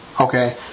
okay